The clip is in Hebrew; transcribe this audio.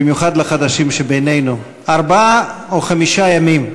במיוחד לחדשים שבינינו: ארבעה או חמישה ימים,